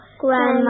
Grandma